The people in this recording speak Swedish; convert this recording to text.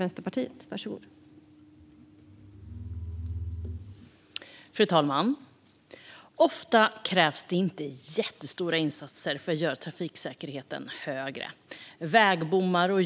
Men tack för frågan!